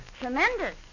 tremendous